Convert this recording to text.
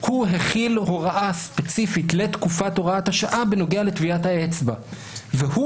הוא הכיל הוראה ספציפית לתקופת הוראת השעה בנוגע לטביעת האצבע והוא